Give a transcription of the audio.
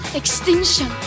extinction